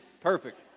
Perfect